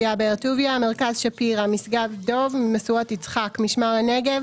באר טוביה) מרכז שפירא משגב דב משואות יצחק משמר הנגב